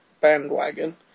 bandwagon